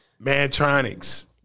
Mantronics